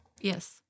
Yes